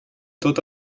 tot